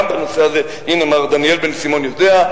גם בנושא הזה, הנה, מר דניאל בן-סימון יודע.